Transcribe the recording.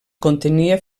contenia